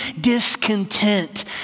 discontent